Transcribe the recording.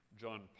John